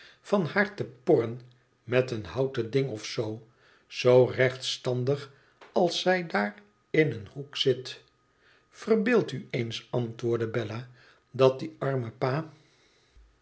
van haar te porren met een houten ding of zoo zoo rechtstandig als zij daar in een hoek zit verbeeld u eens antwoordde bella dat die arme pa